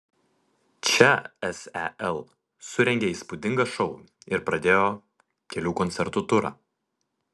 čia sel surengė įspūdingą šou ir pradėjo kelių koncertų turą